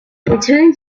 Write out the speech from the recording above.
returning